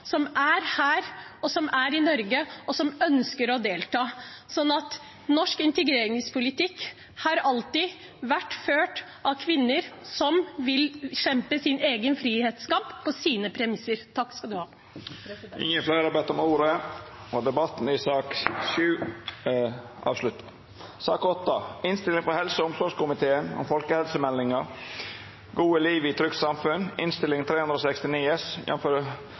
som er her, som er i Norge, og som ønsker å delta. Norsk integreringspolitikk har alltid vært ført av kvinner som vil kjempe sin egen frihetskamp på sine premisser. Fleire har ikkje bedt om ordet til sak nr. 7. Etter ønske frå helse- og omsorgskomiteen